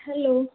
hello